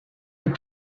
les